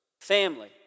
Family